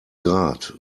grad